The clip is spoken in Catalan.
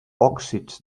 òxids